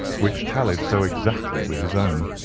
which tallied so exactly with his own.